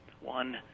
One